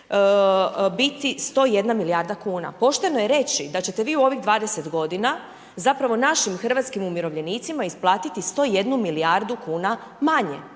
biti 101 milijarda kuna. pošteno je reći da ćete vi u ovih 20 godina zapravo našim hrvatskim umirovljenicima isplatiti 101 milijardu kuna manje,